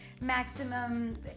maximum